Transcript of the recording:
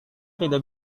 tidak